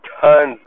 tons